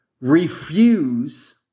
refuse